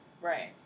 Right